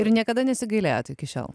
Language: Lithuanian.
ir niekada nesigailėjot iki šiol